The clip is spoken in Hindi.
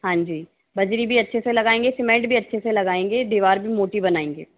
हाँ जी बजरी भी अच्छे से लगायेंगे सिमेन्ट भी अच्छे से लगायेंगे दीवार भी मोटी बनायेंगे